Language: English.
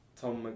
Tom